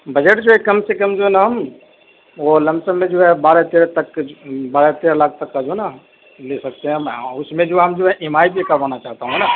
budget جو ہے کم سے کم جو ہے نا وہ لم سم میں جو ہے بارہ تیرہ تک بارہ تیرہ لاکھ تک کا جو ہے نا لے سکتے ہیں ہم اور اس میں جو ہے ہم جو ہے ای ایم آئی بھی کروانا چاہتا ہوں ہے نا